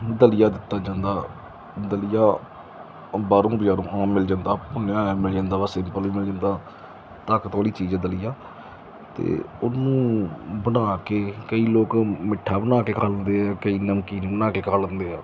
ਦਲੀਆ ਦਿੱਤਾ ਜਾਂਦਾ ਦਲੀਆ ਬਾਹਰੋਂ ਬਾਜ਼ਾਰ ਤੋਂ ਆਮ ਮਿਲ ਜਾਂਦਾ ਭੁੰਨਿਆ ਹੋਇਆ ਮਿਲ ਜਾਂਦਾ ਵਾ ਸਿੰਪਲ ਵੀ ਮਿਲ ਜਾਂਦਾ ਤਾਕਤ ਵਾਲੀ ਚੀਜ਼ ਆ ਦਲੀਆ ਅਤੇ ਉਹਨੂੰ ਬਣਾ ਕੇ ਕਈ ਲੋਕ ਮਿੱਠਾ ਬਣਾ ਕੇ ਖਾਂਦੇ ਆ ਕਈ ਨਮਕੀਨ ਬਣਾ ਕੇ ਖਾ ਲੈਂਦੇ ਆ